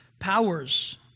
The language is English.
powers